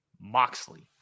Moxley